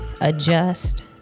adjust